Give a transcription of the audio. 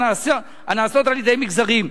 הנעשות על-ידי מגזרים.